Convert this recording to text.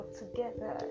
together